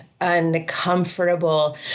uncomfortable